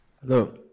Hello